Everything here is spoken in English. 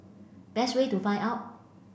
best way to find out